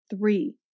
Three